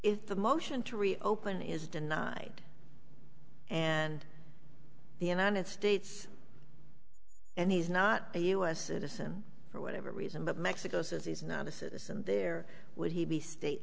f the motion to reopen is denied and the united states and he's not a u s citizen for whatever reason but mexico says he's not a citizen there would he be state